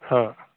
हाँ